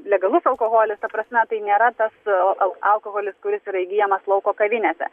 legalus alkoholis ta prasme tai nėra tas al alkoholis kuris yra įgyjamas lauko kavinėse